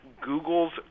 Google's